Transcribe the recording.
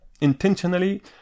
intentionally